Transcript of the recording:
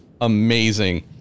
amazing